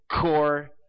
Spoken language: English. core